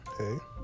okay